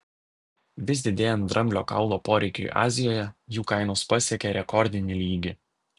vis didėjant dramblio kaulo poreikiui azijoje jų kainos pasiekė rekordinį lygį